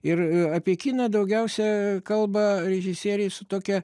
ir apie kiną daugiausia kalba režisieriai su tokia